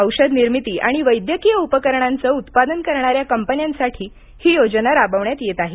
औषध निर्मिती आणि वैद्यकीय उपकरणांचं उत्पादन करणाऱ्या कंपन्यांसाठी ही योजना राबवण्यात येत आहे